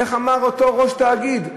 איך אמר אותו ראש תאגיד?